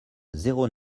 zéro